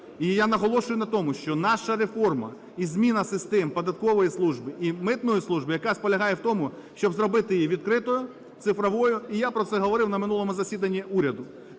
І я наголошую на тому, що наша реформа і зміна систем податкової служби і митної служби якраз полягає в тому, щоб зробити її відкритою, цифровою. І я про це говорив на минулому засіданні уряду.